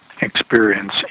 experience